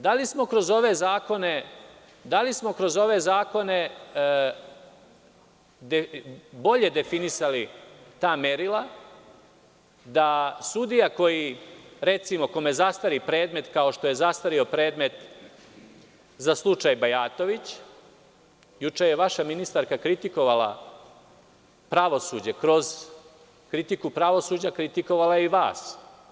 Da li smo kroz ove zakone bolje definisali ta merila da sudija recimo, kome zastari predmet, kao što je zastareo predmet za slučaj Bajatović, juče je vaša ministarka kritikovala pravosuđe, kroz kritiku pravosuđa, kritikovala je i vas.